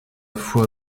foi